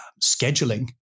scheduling